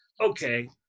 okay